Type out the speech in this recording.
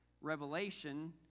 Revelation